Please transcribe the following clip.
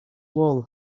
wall